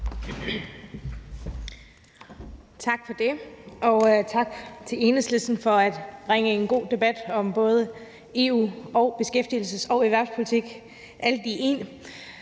Tak for det, og tak til Enhedslisten for at bringe os sammen til en god debat om EU og beskæftigelses- og erhvervspolitik.